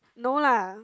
no lah